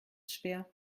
schwer